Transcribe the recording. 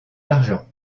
l’argent